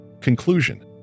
Conclusion